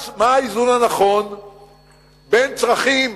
מה האיזון הנכון בין צרכים